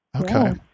Okay